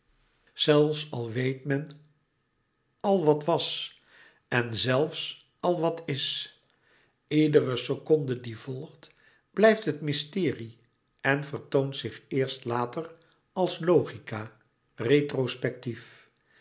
zelfs al weet men al wat was en zelfs al wat is iedere seconde die volgt blijft het mysterie en vertoont zich eerst later als logica retrospectief